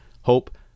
Hope